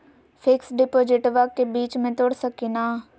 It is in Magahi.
फिक्स डिपोजिटबा के बीच में तोड़ सकी ना?